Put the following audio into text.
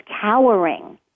cowering